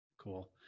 Cool